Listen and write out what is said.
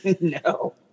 no